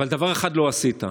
אבל דבר אחד לא עשית,